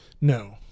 No